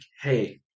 hey